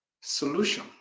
solution